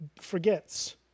forgets